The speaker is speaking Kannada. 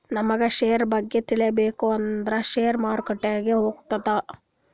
ನಮುಗ್ ಶೇರ್ ಬಗ್ಗೆ ತಿಳ್ಕೋಬೇಕ್ ಅಂದುರ್ ಶೇರ್ ಮಾರ್ಕೆಟ್ನಾಗೆ ಗೊತ್ತಾತ್ತುದ